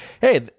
Hey